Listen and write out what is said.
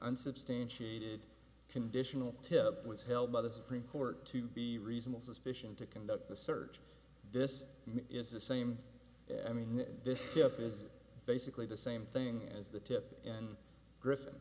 unsubstantiated conditional tip was held by the supreme court to be reasonable suspicion to conduct the search this is the same i mean this tip is basically the same thing as the tip and griffin